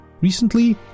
Recently